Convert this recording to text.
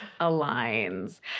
aligns